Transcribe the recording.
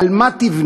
על מה תבנה?